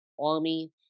Army